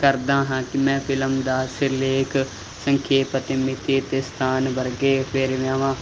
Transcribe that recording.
ਕਰਦਾ ਹਾਂ ਕਿ ਮੈਂ ਫਿਲਮ ਦਾ ਸਿਰਲੇਖ ਸੰਕੇਪ ਅਤੇ ਮਿਤੀ ਅਤੇ ਸਥਾਨ ਵਰਗੇ ਵੇਰਵਿਆਵਾਂ